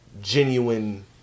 genuine